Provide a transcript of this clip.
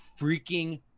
freaking